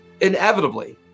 inevitably